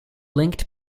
linked